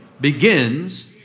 begins